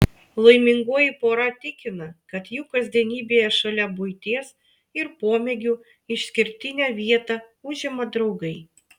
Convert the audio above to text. laimingoji pora tikina kad jų kasdienybėje šalia buities ir pomėgių išskirtinę vietą užima draugai